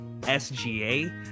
SGA